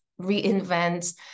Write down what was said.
reinvent